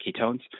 ketones